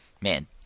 Man